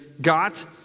got